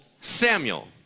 Samuel